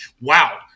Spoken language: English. Wow